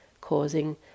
causing